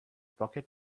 pocket